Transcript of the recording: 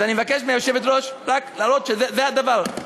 אז אני מבקש מהיושבת-ראש רק להראות שזה הדבר.